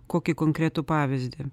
kokį konkretų pavyzdį